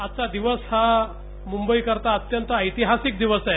आजचा दिवस हा मुंबईकरता अत्यंत ऐतिहासिक दिवस आहे